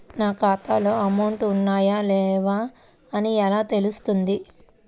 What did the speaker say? నా ఖాతాలో అమౌంట్ ఉన్నాయా లేవా అని ఎలా తెలుస్తుంది?